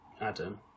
Adam